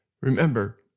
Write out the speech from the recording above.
Remember